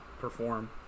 perform